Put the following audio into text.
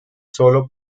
sólo